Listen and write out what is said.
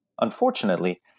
unfortunately